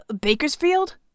Bakersfield